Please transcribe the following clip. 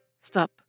Stop